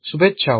શુભેચ્છાઓ